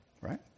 right